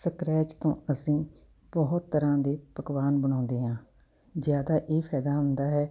scratch ਤੋਂ ਅਸੀਂ ਬਹੁਤ ਤਰ੍ਹਾਂ ਦੇ ਪਕਵਾਨ ਬਣਾਉਂਦੇ ਹਾਂ ਜ਼ਿਆਦਾ ਇਹ ਫਾਇਦਾ ਹੁੰਦਾ ਹੈ